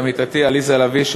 עמיתתי עליזה לביא,